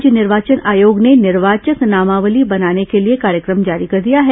राज्य निर्वाचन आयोग ने निर्वाचक नामावली बनाने के लिए कार्यक्रम जारी कर दिया है